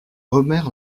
omer